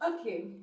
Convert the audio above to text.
Okay